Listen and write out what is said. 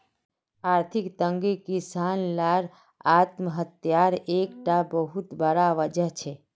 आर्थिक तंगी किसान लार आत्म्हात्यार एक टा बहुत बड़ा वजह छे